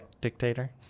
dictator